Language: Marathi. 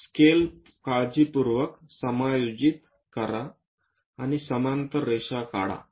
तर स्केल काळजीपूर्वक समायोजित करा आणि समांतर रेषा काढा